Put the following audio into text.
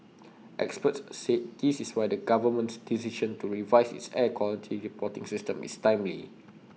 experts said this is why the government's decision to revise its air quality reporting system is timely